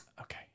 okay